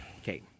Okay